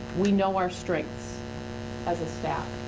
we know our strengths as a staff.